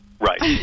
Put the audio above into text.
Right